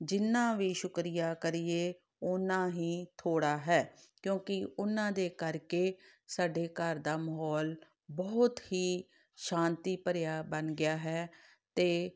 ਜਿੰਨਾਂ ਵੀ ਸ਼ੁਕਰੀਆ ਕਰੀਏ ਉਨਾਂ ਹੀ ਥੋੜ੍ਹਾ ਹੈ ਕਿਉਂਕਿ ਉਹਨਾਂ ਦੇ ਕਰਕੇ ਸਾਡੇ ਘਰ ਦਾ ਮਾਹੌਲ ਬਹੁਤ ਹੀ ਸ਼ਾਂਤੀ ਭਰਿਆ ਬਣ ਗਿਆ ਹੈ ਅਤੇ